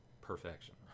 perfection